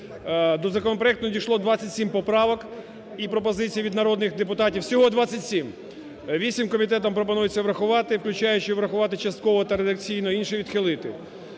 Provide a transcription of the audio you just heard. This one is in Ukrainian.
До законопроекту надійшло 27 поправок і пропозицій від народних депутатів, всього 27, 8 – комітетом пропонується врахувати, включаючи врахувати частково та редакційно, інші – відхилити.